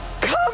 Come